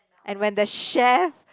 and when the chef